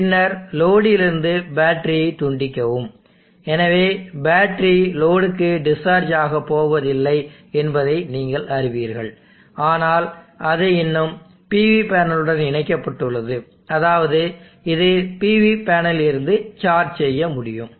பின்னர் லோடிலிருந்து பேட்டரியைத் துண்டிக்கவும் எனவே பேட்டரி லோடுக்கு டிஸ்சார்ஜ் ஆகப்போவதில்லை என்பதை நீங்கள் அறிவீர்கள் ஆனால் அது இன்னும் PV பேனலுடன் இணைக்கப்பட்டுள்ளது அதாவது இது PV பேனலில் இருந்து சார்ஜ் செய்ய முடியும்